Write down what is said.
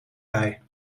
bij